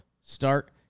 start